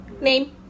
Name